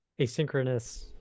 asynchronous